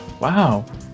Wow